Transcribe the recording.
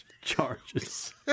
charges